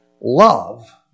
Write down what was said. love